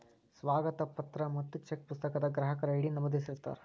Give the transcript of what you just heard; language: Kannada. ಸ್ವಾಗತ ಪತ್ರ ಮತ್ತ ಚೆಕ್ ಪುಸ್ತಕದಾಗ ಗ್ರಾಹಕರ ಐ.ಡಿ ನಮೂದಿಸಿರ್ತಾರ